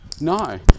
no